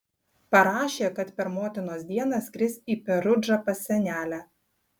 parašė kad per motinos dieną skris į perudžą pas senelę